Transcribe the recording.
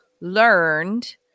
learned